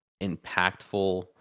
impactful